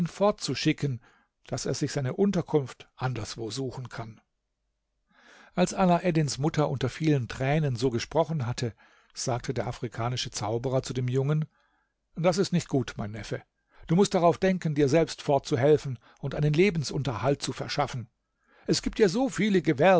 fortzuschicken daß er sich seine unterkunft anderswo suchen kann als alaeddins mutter unter vielen tränen so gesprochen hatte sagte der afrikanische zauberer zu dem jungen das ist nicht gut mein neffe du mußt darauf denken dir selbst fortzuhelfen und einen lebensunterhalt zu verschaffen es gibt ja so viele